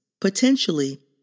potentially